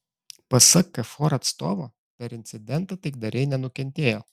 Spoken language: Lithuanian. pasak kfor atstovo per incidentą taikdariai nenukentėjo